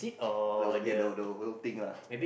the whole thing the the whole thing lah